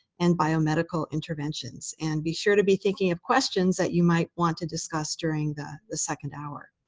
and biomedical interventions. and be sure to be thinking of questions that you might want to discuss during the the second hour.